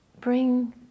bring